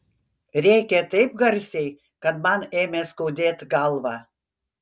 rėkė taip garsiai kad man ėmė skaudėt galvą